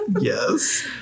yes